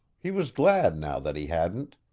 he was glad now that he hadn't.